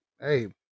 hey